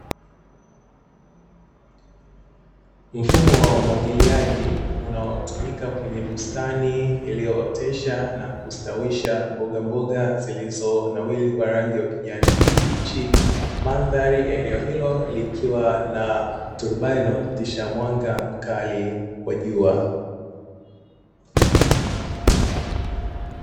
Mfumo wa umwagiliaji unaotumika kwenye bustani iliyootesha na kustawisha mbogamboga zilizonawiri kwa rangi ya kijani kibichi, mandhari ya eneo hilo likiwa na turubai inayopitisha mwanga mkali wa jua.